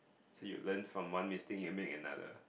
so you learn from one mistake you make another